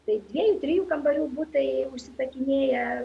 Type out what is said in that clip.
tai dviejų trijų kambarių butai užsisakinėja